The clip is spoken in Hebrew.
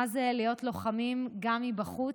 מה זה להיות לוחמים גם מבחוץ,